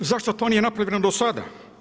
Zašto to nije napravljeno do sada?